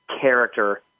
character